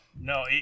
No